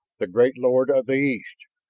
the great lord of the east.